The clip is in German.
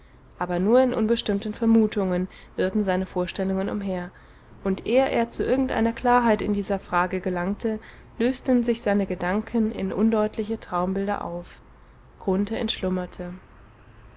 aber nur in unbestimmten vermutungen irrten seine vorstellungen umher und ehe er zu irgendeiner klarheit in dieser frage gelangte lösten sich seine gedanken in undeutliche traumbilder auf grunthe entschlummerte